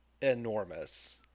enormous